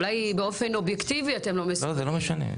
אולי באופן אובייקטיבי אתם לא מסוגלים,